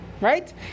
Right